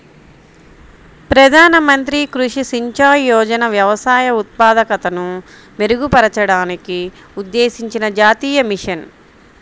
ప్రధాన మంత్రి కృషి సించాయ్ యోజన వ్యవసాయ ఉత్పాదకతను మెరుగుపరచడానికి ఉద్దేశించిన జాతీయ మిషన్